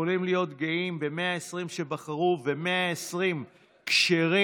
יכולים להיות גאים ב-120 שבחרו, ו-120 כשרים.